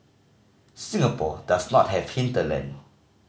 Singapore does not have hinterland